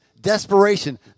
desperation